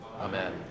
Amen